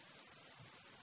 आता मला हे स्वच्छ करू द्या